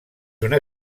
una